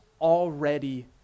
already